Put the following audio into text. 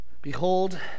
Behold